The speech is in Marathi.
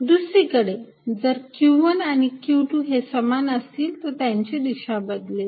दुसरीकडे जर q१ आणि q२ हे समान असतील तर याची दिशा बदलेल